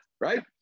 right